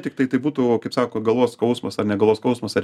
tiktai tai būtų kaip sako galvos skausmas ar ne galvos skausmas ar